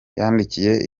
yandikiye